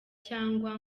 cyangwa